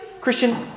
Christian